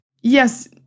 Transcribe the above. Yes